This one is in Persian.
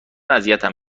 اذیتم